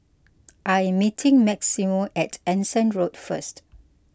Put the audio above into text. I am meeting Maximo at Anson Road first